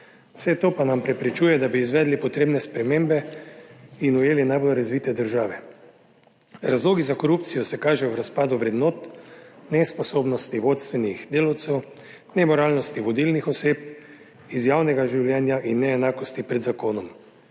vse to pa nam preprečuje, da bi izvedli potrebne spremembe in ujeli najbolj razvite države. Razlogi za korupcijo se kažejo v razpadu vrednot, nesposobnosti vodstvenih delavcev, nemoralnosti vodilnih oseb iz javnega življenja in neenakosti pred zakonom.